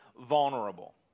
vulnerable